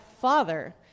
Father